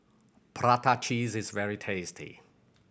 prata cheese is very tasty